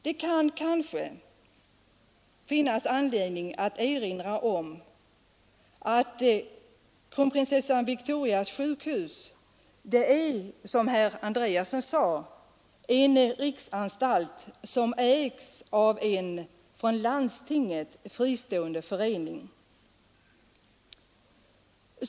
Det kan kanske finnas anledning att erinra om att Kronprinsessan Victorias sjukhus är, som herr Andreasson i Östra Ljungby sade, en riksanstalt som ägs av en från landstinget fristående förening.